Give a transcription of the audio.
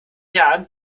jahren